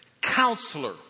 counselor